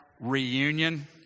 reunion